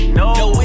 no